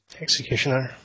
Executioner